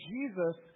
Jesus